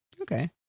Okay